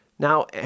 Now